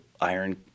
iron